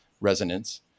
resonance